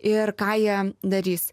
ir ką jie darys